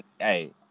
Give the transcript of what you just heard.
Hey